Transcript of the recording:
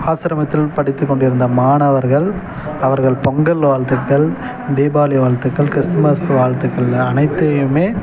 ஆசிரமத்தில் படித்து கொண்டிருந்த மாணவர்கள் அவர்கள் பொங்கல் வாழ்த்துக்கள் தீபாவளி வாழ்த்துக்கள் கிறிஸ்மஸ் வாழ்த்துக்கள் அனைத்தையுமே